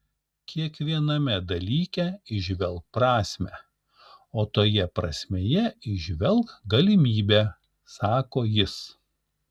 kiekviename dalyke įžvelk prasmę o toje prasmėje įžvelk galimybę sako jis